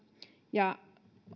ja